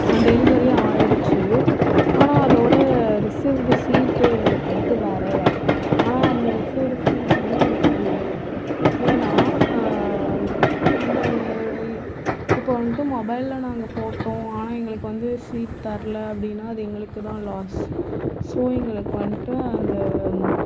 டெலிவரியும் ஆகிடுச்சி ஆனால் அதோடய ரிசீவ்டு சீட்டு எங்களுக்கு வந்துட்டு வரலை ஆனால் அந்த ரிசீவ்டு சீட்டு வந்து எங்களுக்கு வேணும் ஏனால் அந்த இப்போது வந்துட்டு மொபைலில் நாங்கள் போட்டோம் ஆனால் எங்களுக்கு வந்து சீட் தரல அப்படின்னா அது எங்களுக்கு தான் லாஸ் ஸோ எங்களுக்கு வந்துட்டு அந்த